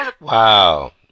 wow